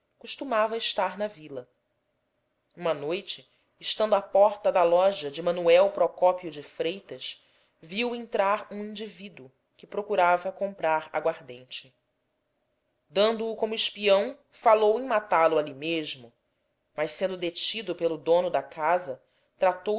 costumava estar na vila uma noite estando à porta da loja de manuel procópio de freitas viu entrar um indivíduo que procurava comprar aguardente dando o como espião falou em matá-lo ali mesmo mas sendo detido pelo dono da casa tratou